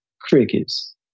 crickets